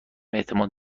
اعتماد